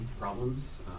problems